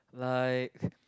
like